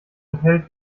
enthält